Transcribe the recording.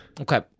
okay